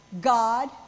God